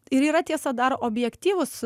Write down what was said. ir yra tiesa dar objektyvūs